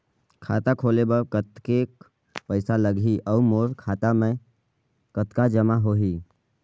खाता खोले बर कतेक पइसा लगही? अउ मोर खाता मे कतका जमा होही?